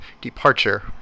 departure